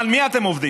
מה, על מי אתם עובדים?